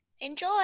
Enjoy